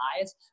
eyes